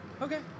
Okay